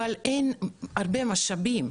אבל אין הרבה משאבים.